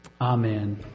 Amen